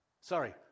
Sorry